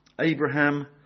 Abraham